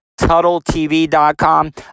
TuttleTV.com